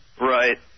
Right